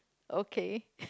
okay